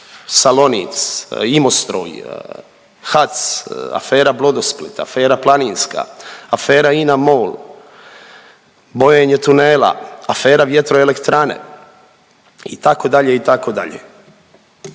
Salonit, Imostroj, HAC, afera Brodosplit, afera Planinska, afera INA-MOL, bojenje tunela, afera Vjetroelektrane itd.,